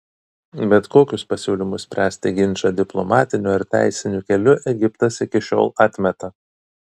bet kokius pasiūlymus spręsti ginčą diplomatiniu ar teisiniu keliu egiptas iki šiol atmeta